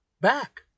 back